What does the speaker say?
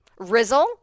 Rizzle